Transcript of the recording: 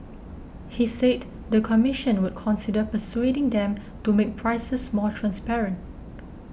he said the commission would consider persuading them to make prices more transparent